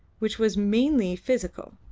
which was mainly physical,